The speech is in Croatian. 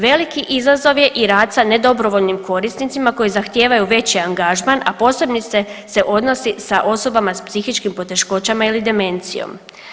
Veliki izazov je i rad sa nedobrovoljnim korisnicima koji zahtijevaju veći angažman, a posebno se odnosi sa osobama s psihičkim poteškoćama ili demencijom.